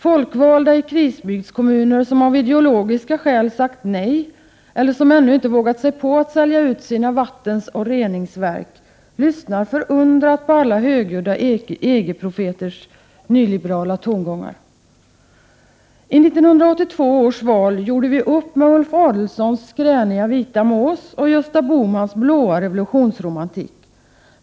Folkvalda i krisbygdskommuner, som av ideologiska skäl sagt nej eller som ännu inte vågat sig på att sälja ut sina vattenoch reningsverk, lyssnar förundrat på alla högljudda EG-profeters nyliberala tongångar. ”I 1982 års val gjorde vi upp med Ulf Adelsohns skräniga vita mås och Gösta Bohmans blå revolutionsromantik.